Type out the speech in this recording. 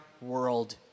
world